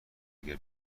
دیگر